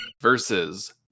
versus